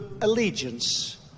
allegiance